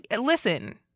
listen